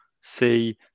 say